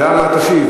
דע מה תשיב.